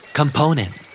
component